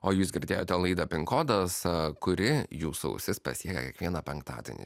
o jūs girdėjote laidą pin kodas kuri jūsų ausis pasiekė kiekvieną penktadienį